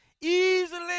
easily